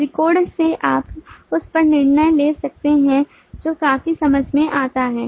त्रिकोण से आप उस पर निर्णय ले सकते हैं जो काफी समझ में आता है